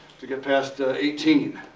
to get past ah eighteen.